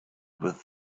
with